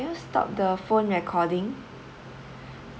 you stop the phone recording